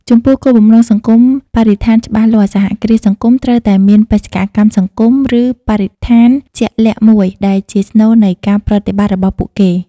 ចំពោះគោលបំណងសង្គមបរិស្ថានច្បាស់លាស់ សហគ្រាសសង្គមត្រូវតែមានបេសកកម្មសង្គម ឬបរិស្ថានជាក់លាក់មួយដែលជាស្នូលនៃការប្រតិបត្តិរបស់ពួកគេ ។